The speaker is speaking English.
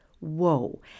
Whoa